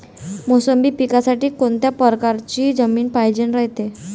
मोसंबी पिकासाठी कोनत्या परकारची जमीन पायजेन रायते?